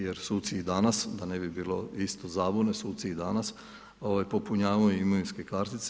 Jer suci i danas, da ne bi bilo isto zabune, suci i danas popunjavaju imovinske kartice.